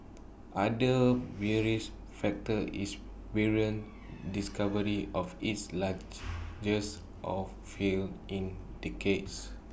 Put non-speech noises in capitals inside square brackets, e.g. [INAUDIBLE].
[UNINTELLIGIBLE] bearish factor is Bahrain's discovery of its [UNINTELLIGIBLE] oilfield in decades